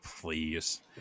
Please